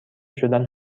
شدن